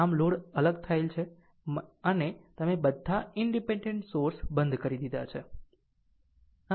આમ લોડ અલગ થયેલ છે અને તમે બધા ઈનડીપેનડેન્ટ સોર્સ બંધ કરી દીધા છે